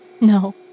No